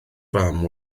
fam